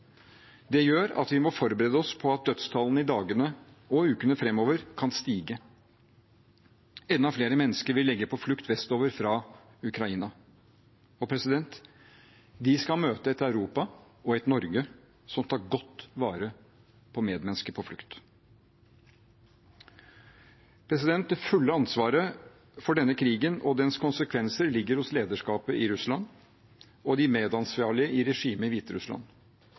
Det gjør at vi må forberede oss på at dødstallene i dagene og ukene framover kan stige. Enda flere mennesker vil legge på flukt vestover fra Ukraina. De skal møte et Europa og et Norge som tar godt vare på medmennesker på flukt. Det fulle ansvaret for denne krigen og dens konsekvenser ligger hos lederskapet i Russland og de medansvarlige i regimet